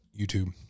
YouTube